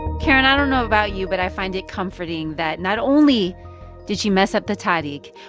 karen, i don't know about you, but i find it comforting that not only did she mess up the tahdig,